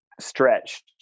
stretched